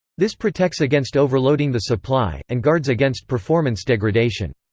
this protects against overloading the supply, and guards against performance degradation.